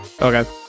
Okay